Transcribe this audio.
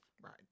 Right